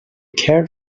cared